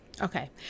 Okay